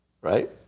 Right